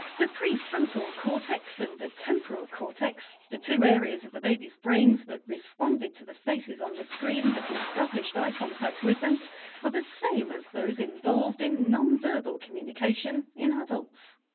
the prefrontal cortex and the temporal cortex the two areas of the babies' brains that responded to the faces on the screen that established eye contact with them are the same as those involved in non-verbal communication in adults.